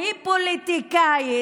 היא פוליטיקאית,